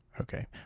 Okay